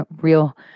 real